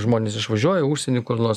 žmonės išvažiuoja į užsienį kur nors